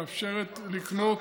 מאפשרת לקנות,